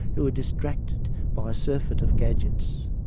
who are distracted by a surfeit of gadgets?